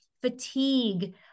fatigue